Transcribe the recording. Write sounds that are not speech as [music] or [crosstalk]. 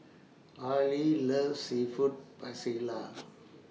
Areli loves Seafood [unintelligible]